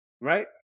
Right